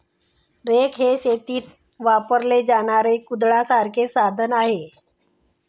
rake हे शेतीत वापरले जाणारे कुदळासारखे साधन आहे